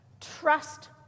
Trust